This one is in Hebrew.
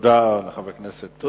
תודה לחבר הכנסת בוים.